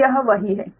तो यह वही है